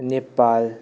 Nepal